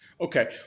Okay